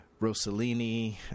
Rossellini